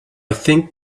think